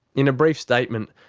in a brief statement,